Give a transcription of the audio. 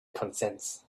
consents